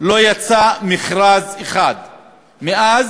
לא יצא מכרז אחד מאז